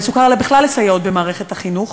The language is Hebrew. סוכרת אלא בכלל לסייעות במערכת החינוך